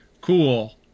cool